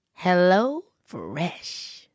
HelloFresh